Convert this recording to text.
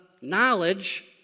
knowledge